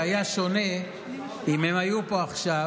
זה היה שונה אם הם היו עומדים פה עכשיו,